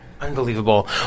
Unbelievable